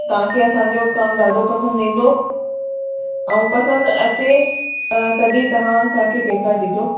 तव्हांखे असांजो कमु ॾाढो पसंदि ईंदो ऐं पसंदि अचे त तॾहिं तव्हां असांखे पैसा ॾिजो